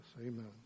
Amen